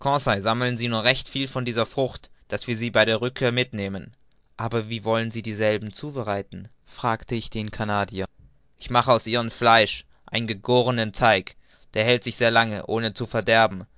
sammeln sie nur recht viel von dieser frucht daß wir sie bei der rückkehr mitnehmen und wie wollen sie dieselben zubereiten fragte ich den canadier ich mache aus ihrem fleisch einen gegohrenen teig der hält sich sehr lange ohne zu verderben